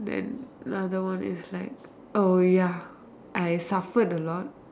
then another one is like oh ya I suffered a lot